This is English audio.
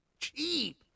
Cheap